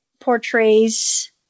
portrays